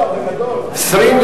לשנת הכספים 2011,